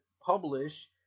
publish